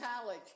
college